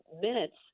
minutes